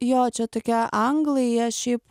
jo čia tokie anglai jie šiaip